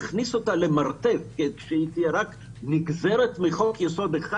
אם נכניס אותה למרתף כך שהיא תהיה רק נגזרת מחוק יסוד אחד